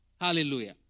Hallelujah